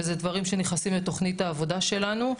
וזה דברים שנכנסים לתוכנית העבודה שלנו,